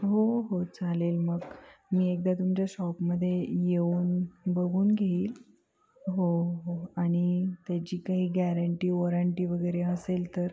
हो हो चालेल मग मी एकदा तुमच्या शॉपमध्ये येऊन बघून घेईल हो हो आणि त्याची काही गॅरंटी वॉरँटी वगैरे असेल तर